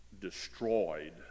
destroyed